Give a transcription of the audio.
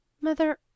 Mother